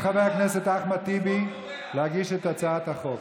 אנחנו מזמינים את חבר הכנסת אחמד טיבי להגיש את הצעת החוק,